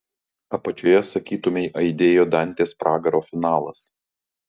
apačioje sakytumei aidėjo dantės pragaro finalas